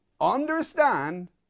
Understand